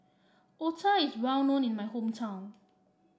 otah is well known in my hometown